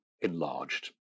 enlarged